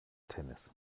tennis